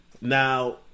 Now